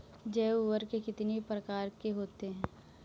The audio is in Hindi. जैव उर्वरक कितनी प्रकार के होते हैं?